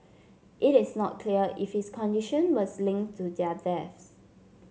it is not clear if his condition was linked to their deaths